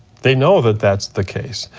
they know that that's the case,